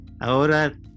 Ahora